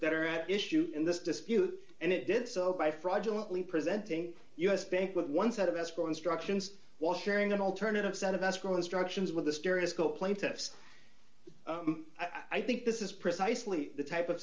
that are at issue in this dispute and it did so by fraudulently presenting us bank with one set of escrow instructions was sharing an alternative set of escrow instructions with the stereoscope plaintiff's i think this is precisely the type of